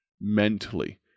mentally